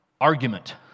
argument